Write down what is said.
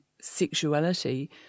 sexuality